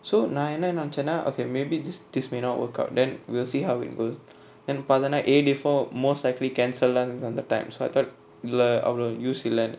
so நா என்ன நெனச்சன்னா:na enna nenachanna okay maybe this this may not work out then we'll see how it goes then பாத்தனா:paathana A_D for most likely cancel lah இருக்கு அந்த:iruku antha time so I thought இல்ல அவளோ:illa avalo use இல்லனு:illanu